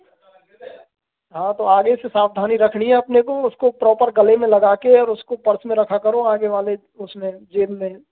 हाँ तो आगे से सावधानी रखनी है अपने को उसको प्रॉपर गले में लगा के और उसको पर्स में रखा करो आगे वाले उसमें जेब में